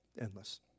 endless